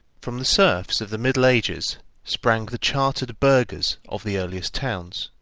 from the serfs of the middle ages sprang the chartered burghers of the earliest towns.